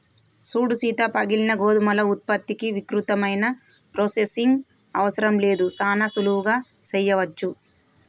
సూడు సీత పగిలిన గోధుమల ఉత్పత్తికి విస్తృతమైన ప్రొసెసింగ్ అవసరం లేదు సానా సులువుగా సెయ్యవచ్చు